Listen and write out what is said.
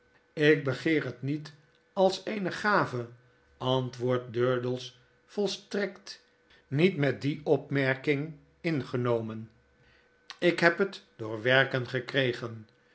ik begeer het niet als eene gave antwoordt durdels volstrekt niet met die opmerking ingef vt iyv v m fe if l fe durdels en vriend nomen ik heb het door werken gekregen